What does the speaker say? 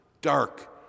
dark